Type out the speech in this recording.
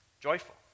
joyful